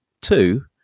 two